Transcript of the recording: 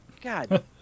God